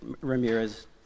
Ramirez